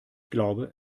glaube